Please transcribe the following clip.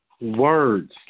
words